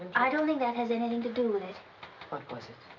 i don't think that has anything to do with it. what was it?